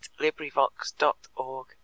LibriVox.org